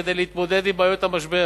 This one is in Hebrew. כדי להתמודד עם בעיות המשבר.